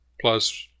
plus